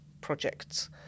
projects